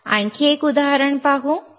आणखी एक उदाहरण पाहू